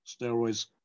steroids